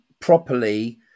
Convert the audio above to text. properly